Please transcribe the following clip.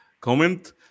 comment